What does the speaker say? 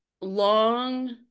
long